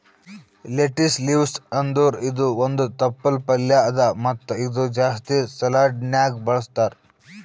lettuce leaves ಅಂದುರ್ ಇದು ಒಂದ್ ತಪ್ಪಲ್ ಪಲ್ಯಾ ಅದಾ ಮತ್ತ ಇದು ಜಾಸ್ತಿ ಸಲಾಡ್ನ್ಯಾಗ ಬಳಸ್ತಾರ್